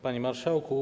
Panie Marszałku!